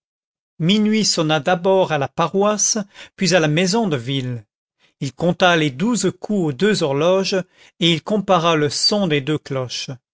minuit sonna d'abord à la paroisse puis à la maison de ville il compta les douze coups aux deux horloges et il compara le son des deux cloches